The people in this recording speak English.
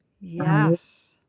Yes